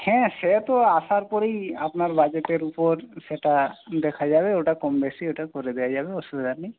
হ্যাঁ সে তো আসার পরই আপনার বাজেটের উপর সেটা দেখা যাবে ওটা কমবেশী ওটা করে দেওয়া যাবে আসুবিধা নেই